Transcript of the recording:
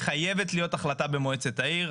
חייבת להיות החלטה במועצת העיר.